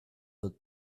wird